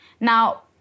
Now